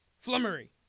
Flummery